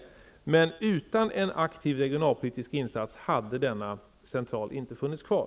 Men, som sagt, utan en aktiv regionalpolitisk insats hade denna central inte funnits kvar.